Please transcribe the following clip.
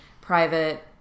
private